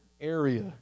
area